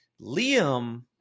Liam